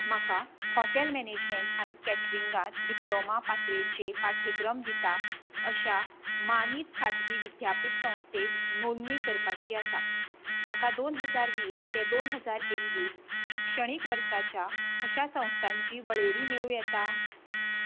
म्हाका hotel management आनी कॅटरिंगांत डिप्लोमा पातळेचे पाठ्यक्रम दिता अशा मानीत खाजगी विद्यापीठ संस्थेंत नोंदणी करपाची आसा म्हाका दोन हजार वीस ते दोन हजार एकवीस शिक्षणीक वर्साच्या अशा संस्थांची वळेरी मेळूं येता